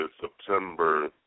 September